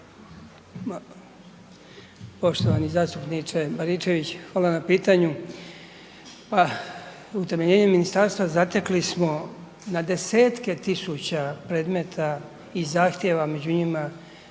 Poštovani zastupniče Baričević hvala na pitanju, pa utemeljenjem ministarstva zatekli smo na 10-tke tisuća predmeta i zahtjeva, među njima